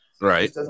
Right